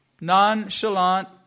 nonchalant